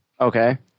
Okay